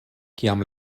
kiam